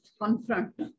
confront